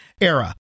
era